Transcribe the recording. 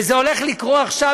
וזה הולך לקרות עכשיו,